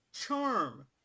charm